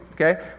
okay